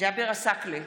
ג'אבר עסאקלה,